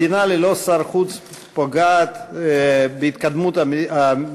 מדינה ללא שר חוץ פוגעת בהתקדמות המדינית